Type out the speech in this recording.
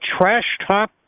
trash-talk